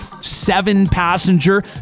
seven-passenger